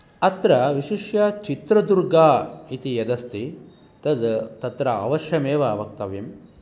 अत्र विशिष्य चित्रदूर्गः इति यद् अस्ति तद् तत्र अवश्यमेव वक्तव्यम्